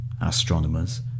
astronomers